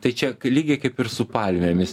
tai čia lygiai kaip ir su palmėmis